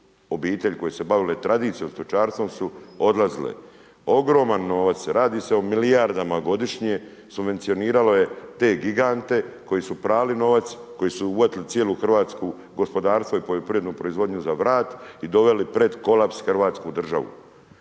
obitelji koje se bavile tradicijom stočarstvom su odlazile. Ogroman novac radi se o milijardama godišnje subvencioniralo je te gigante koji su prali novac, koji su uvatili cijelu Hrvatsku gospodarstvo i poljoprivrednu proizvodnju za vrat i doveli pred kolaps Hrvatsku državu.